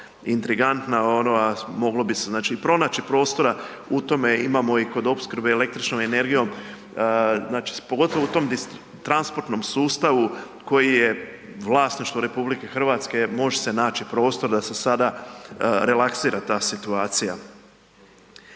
intrigantna ono, a moglo bi se znači i pronaći prostora u tome, imamo i kod opskrbe električnom energijom, znači pogotovo u tom transportnom sustavu koji je vlasništvo Republike Hrvatske, može se naći prostor da se sada relaksira ta situacija.